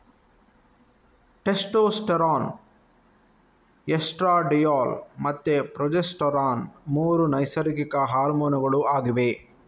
testosterone, estradiol ಮತ್ತೆ progesterone ಮೂರು ನೈಸರ್ಗಿಕ ಹಾರ್ಮೋನುಗಳು ಆಗಿವೆ